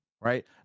right